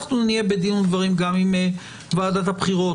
אנחנו נהיה בדין ודברים גם עם ועדת הבחירות.